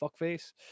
fuckface